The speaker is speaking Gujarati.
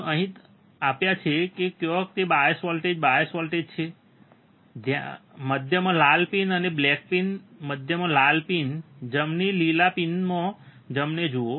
તમે અહીં આપ્યા છે કે ક્યાં છે બાયસ વોલ્ટેજ બાયસ વોલ્ટેજ અહીં છે તમે મધ્યમાં લાલ પીન અને બ્લેક પીન મધ્યમાં લાલ પિન જમણી લીલા પિનમાં જમણે જુઓ